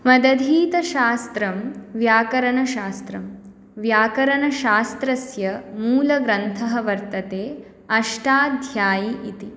मदधीतशास्त्रं व्याकरणशास्त्रं व्याकरणशास्त्रस्य मूलग्रन्थः वर्तते अष्टाध्यायी इति